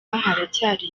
haracyari